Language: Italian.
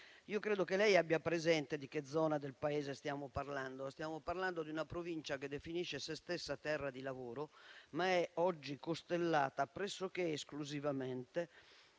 2. Credo che lei abbia presente di che zona del Paese stiamo parlando: una provincia che definisce se stessa terra di lavoro, ma che è oggi costellata pressoché esclusivamente